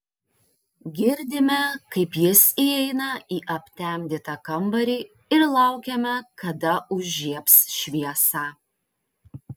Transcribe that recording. girdime kaip jis įeina į aptemdytą kambarį ir laukiame kada užžiebs šviesą